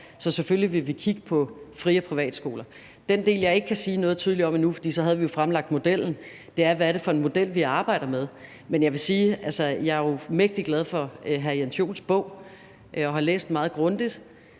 vil selvfølgelig kigge på fri- og privatskoler. Den del, jeg ikke kan sige noget tydeligt om endnu – for så havde vi jo fremlagt modellen – er, hvad det er for en model, vi arbejder med, men jeg vil sige: Jeg er jo mægtig glad for hr. Jens Joels bog, og jeg har læst den meget grundigt.